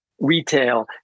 retail